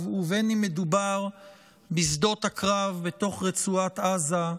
ובין שמדובר בשדות הקרב בתוך רצועת עזה,